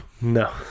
No